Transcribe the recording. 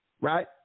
right